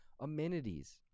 amenities